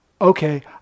okay